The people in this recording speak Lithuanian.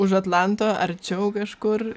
už atlanto arčiau kažkur